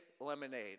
lemonade